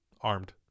Armed